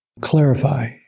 clarify